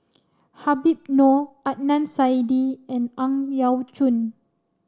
Habib Noh Adnan Saidi and Ang Yau Choon